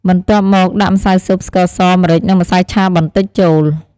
បន្ទាប់មក ដាក់ ម្សៅស៊ុប ស្ករស ម្រេច និង ម្សៅឆាបន្តិច ចូល។